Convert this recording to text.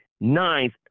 Ninth